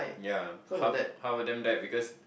yea half half of them died because